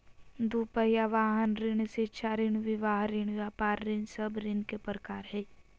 दू पहिया वाहन ऋण, शिक्षा ऋण, विवाह ऋण, व्यापार ऋण सब ऋण के प्रकार हइ